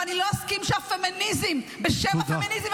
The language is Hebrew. ואני לא אסכים שהפמיניזם, בשם הפמיניזם,